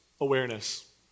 awareness